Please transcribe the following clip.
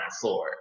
floor